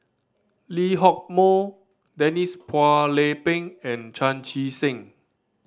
Lee Hock Moh Denise Phua Lay Peng and Chan Chee Seng